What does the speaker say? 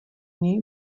něj